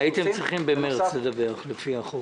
הייתם צריכים במרץ לדווח לפי החוק.